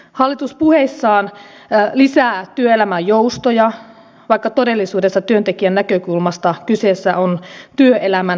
hallitus puheissaan lisää työelämän joustoja vaikka todellisuudessa työntekijän näkökulmasta kyseessä on työelämän huonontaminen